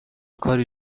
کاری